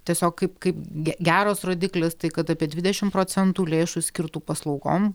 tiesiog kaip kaip ge geras rodiklis tai kad apie dvidešim procentų lėšų skirtų paslaugom